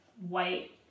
white